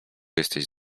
jesteś